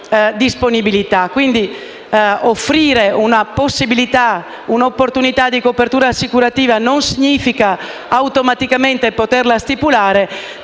disponibilità. Quindi, offrire un'opportunità di copertura assicurativa non significa automaticamente poterla stipulare,